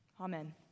Amen